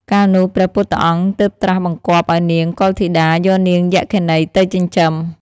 កាលនោះ ព្រះពុទ្ធអង្គ ទើបត្រាស់បង្គាប់ឲ្យនាងកុលធីតាយកនាងយក្ខិនីទៅចិញ្ចឹម។